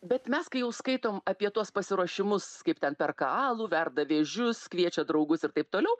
bet mes kai jau skaitom apie tuos pasiruošimus kaip ten perka alų verda vėžius kviečia draugus ir taip toliau